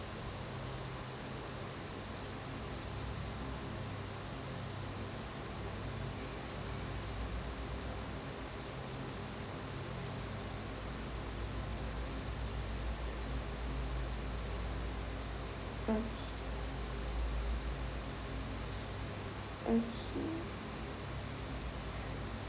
okay